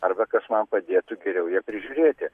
arba kas man padėtų geriau ją prižiūrėti